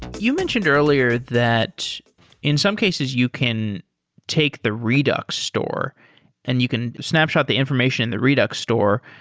you mentioned earlier that in some cases, you can take the redux store and you can snapshot the information in the redux store.